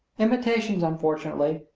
imitations, unfortunately,